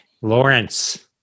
lawrence